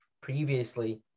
previously